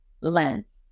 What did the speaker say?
lens